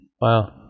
Wow